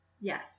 Yes